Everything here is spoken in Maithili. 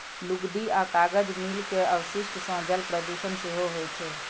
लुगदी आ कागज मिल के अवशिष्ट सं जल प्रदूषण सेहो होइ छै